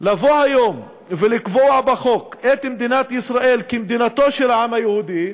לבוא היום ולקבוע בחוק את מדינת ישראל כמדינתו של העם היהודי,